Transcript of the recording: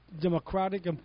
Democratic